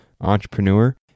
entrepreneur